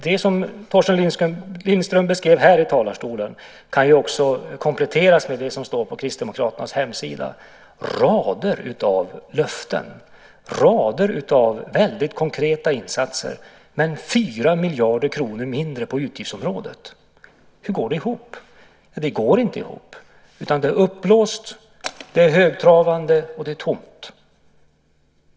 Det som Torsten Lindström beskriver här i talarstolen kan också kompletteras med det som står på Kristdemokraternas hemsida: rader av löften, rader av väldigt konkreta insatser, men 4 miljarder kronor mindre på utgiftsområdet. Hur går det ihop? Ja, det går inte ihop. Det är uppblåst, högtravande och tomt.